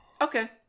Okay